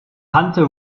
hunter